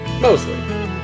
mostly